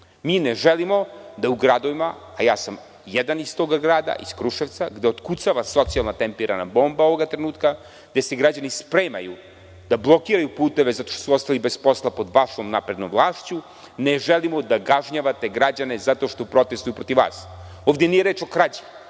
Mi ne želimo da u gradovima, a ja sam jedan iz tog grada, iz Kruševca, gde otkucava socijalna tempirana bomba ovoga trenutka, gde se građani spremaju da blokiraju puteve zato što su ostali bez posla pod vašom naprednom vlašću. Ne želimo da kažnjavate građane zato što protestuju protiv vas. Ovde nije reč o krađi